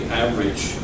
average